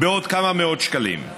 בעוד כמה מאות שקלים.